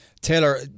Taylor